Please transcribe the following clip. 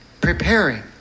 preparing